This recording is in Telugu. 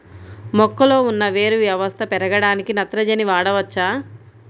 మొక్కలో ఉన్న వేరు వ్యవస్థ పెరగడానికి నత్రజని వాడవచ్చా?